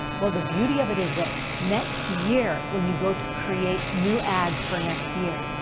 well, the beauty of it is this. next year, when you go to create new ads for next year,